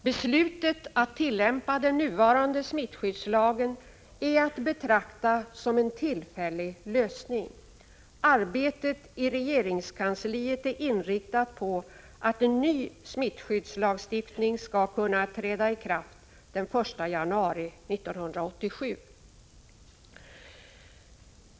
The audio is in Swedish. Beslutet att tillämpa den nuvarande smittskyddslagen är att betrakta som en tillfällig lösning. Arbetet i regeringskansliet är inriktat på att en ny smittskyddslagstiftning skall kunna träda i kraft den 1 januari 1987.